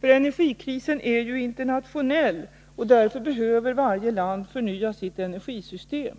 Energikrisen är internationell, därför behöver varje land förnya sitt energisystem.